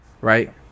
right